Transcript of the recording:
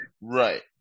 Right